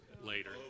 Later